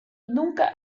nunca